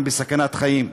הם בסכנת חיים: